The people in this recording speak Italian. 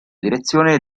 direzione